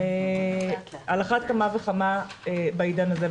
על אחת כמה וכמה בעידן הזה.